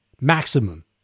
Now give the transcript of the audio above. Maximum